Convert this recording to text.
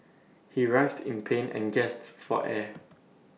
he writhed in pain and gasped for air